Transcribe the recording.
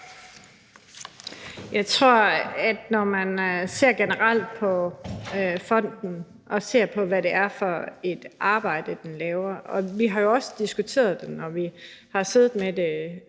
Jeg tror, man må se generelt på fonden og på, hvad det er for et arbejde, den laver. Vi har jo også, når vi har siddet med det